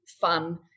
fun